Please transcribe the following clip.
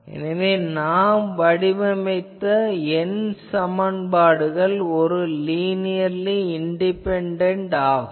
எனவே நாம் வடிவமைத்த n சமன்பாடுகள் ஒரு லினியர்லி இண்டிபெண்டன்ட் ஆகும்